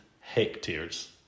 hectares